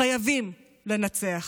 חייבים לנצח,